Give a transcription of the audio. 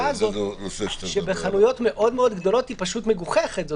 הזו שבחנויות מאוד מאוד גדולות היא פשוט מגוחכת.